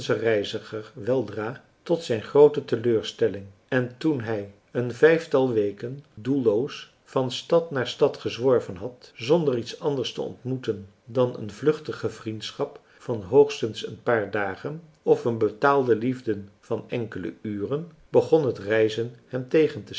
reiziger weldra tot zijn groote teleurstelling en toen hij een vijftal weken doelloos van stad naar stad gezworven had zonder iets anders te ontmoeten dan een vluchtige vriendschap van hoogstens een paar dagen of een betaalde liefde van enkele uren begon het reizen hem tegentestaan